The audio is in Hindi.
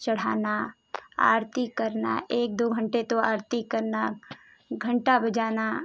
चढ़ाना आरती करना एक दो घंटे तो आरती करना घंटा बजाना